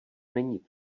není